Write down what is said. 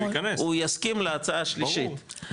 הוא יסכים להצעה השלישית.